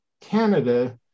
Canada